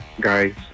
Guys